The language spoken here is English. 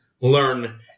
learn